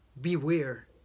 Beware